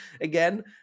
again